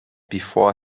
before